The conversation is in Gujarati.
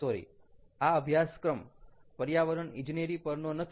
સોરી આ અભ્યાસક્રમ પર્યાવરણ ઈજનેરી પરનો નથી